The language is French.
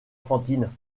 fantine